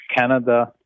Canada